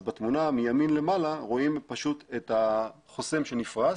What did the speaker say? אז בתמונה רואים פשוט את החוסם שנפרס,